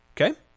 Okay